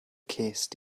cest